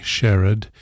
Sherrod